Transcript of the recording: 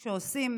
שהם שואבי המים,